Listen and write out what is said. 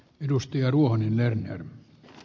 edustajainhuoneen elimiä